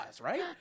right